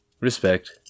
Respect